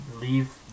Leave